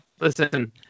Listen